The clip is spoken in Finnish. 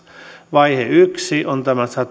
vaihe yksi on tämä